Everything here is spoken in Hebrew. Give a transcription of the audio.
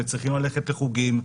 צריכים ללכת לחוגים,